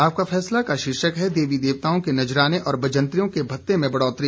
आपका फैसला का शीर्षक है देवी देवताओं के नजराने और बजंतरियों के भत्ते में बढ़ोतरी